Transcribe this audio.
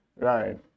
right